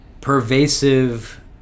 pervasive